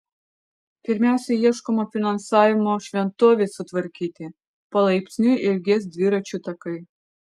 pirmiausia ieškoma finansavimo šventovei sutvarkyti palaipsniui ilgės dviračių takai